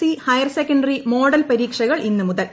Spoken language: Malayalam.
സി ഹയർ സെക്കൻഡറി മോഡൽ പരീക്ഷകൾ ഇന്നുമുതൽ